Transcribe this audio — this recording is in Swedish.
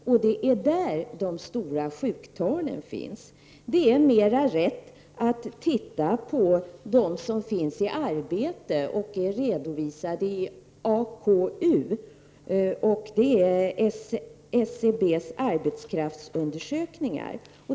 Och det är i denna grupp som de stora sjuktalen finns. Det är riktigare att titta på dem som är i arbete och som finns redovisade i AKU, dvs. SCB:s arbetskraftsundersökningar.